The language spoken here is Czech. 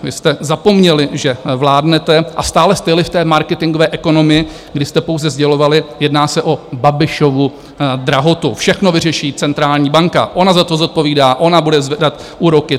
Vy jste zapomněli, že vládnete, a stále jste jeli v té marketingové ekonomii, kdy jste pouze sdělovali: jedná se o Babišovu drahotu, všechno vyřeší centrální banka, ona za to zodpovídá, ona bude zvedat úroky.